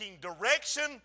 direction